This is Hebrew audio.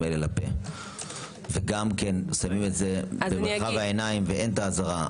הללו לפה וגם שמים את זה בעיניים ואין אזהרה-